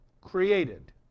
created